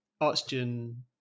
oxygen